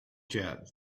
jet